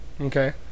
Okay